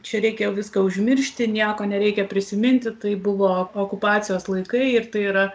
čia reikia viską užmiršti nieko nereikia prisiminti tai buvo okupacijos laikai ir tai yra